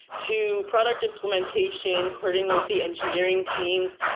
to product implementation, coordinating with the engineering teams,